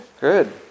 Good